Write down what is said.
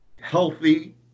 healthy